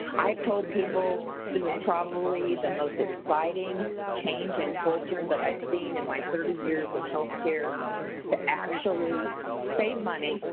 i told people this is probably the most exciting change in culture that i've seen in my thirty years of healthcare to actually save money,